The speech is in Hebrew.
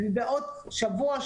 ובעוד שבוע,